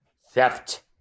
theft